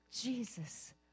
Jesus